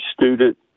student